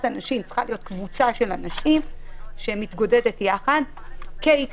אנשים זאת צריכה להיות קבוצה של אנשים שמתגודדת יחד כהתקהלות.